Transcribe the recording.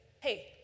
hey